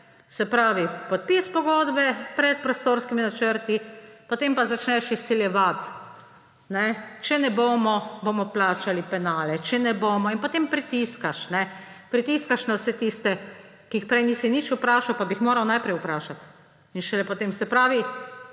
Se pravi podpis pogodbe pred prostorskimi načrti, potem pa začneš izsiljevati: če ne bomo, bomo plačali penale, če ne bomo … In potem pritiskaš, pritiskaš na vse tiste, ki jih prej nisi nič vprašal pa bi jih moral najprej vprašati in šele potem naprej.